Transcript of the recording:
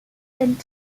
and